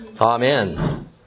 Amen